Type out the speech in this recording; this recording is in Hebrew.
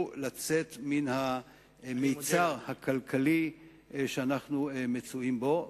לצאת מן המצר הכלכלי שאנחנו מצויים בו.